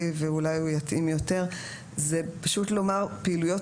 ואולי הוא יתאים יותר זה פשוט לומר פעילויות